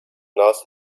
nas